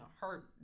hurt